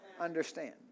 Understand